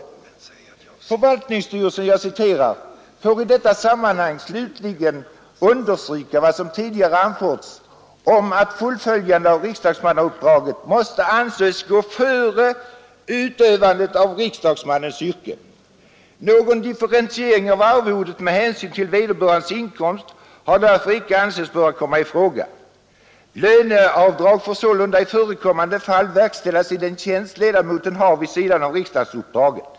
Avsnittet i fråga har följande lydelse: ”Förvaltningsstyrelsen får i detta sammanhang slutligen understryka vad som tidigare anförts om att fullgörandet av riksdagsmannauppdraget måste anses gå före utövande av riksdagsmannens yrke. Någon differentiering av arvodet med hänsyn till vederbörandes inkomst har därför ansetts inte böra komma i fråga. Löneavdrag får sålunda i förekommande fall verkställas i den tjänst ledamoten har vid sidan av riksdagsmannauppdraget ———.